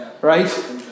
right